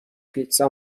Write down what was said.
پیتزا